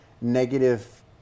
negative